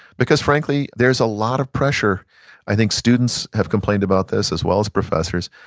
because frankly, there's a lot of pressure i think students have complained about this as well as professors,